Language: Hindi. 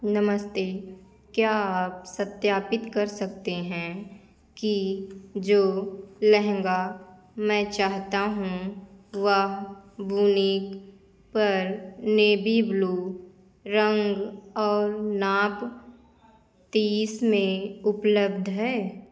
नमस्ते क्या आप सत्यापित कर सकते हैं कि जो लहँगा मैं चाहता हूँ वह वूनिक पर नेवी ब्ल्यू रंग और नाप तीस में उपलब्ध है